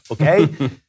okay